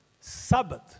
Sabbath